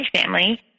family